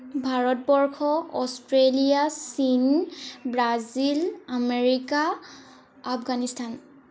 Bharatvarsha Australia চীন Brazil America Afghanistan